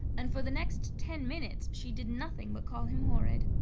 and for the next ten minutes she did nothing but call him horrid.